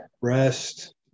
rest